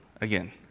again